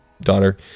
daughter